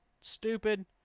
Stupid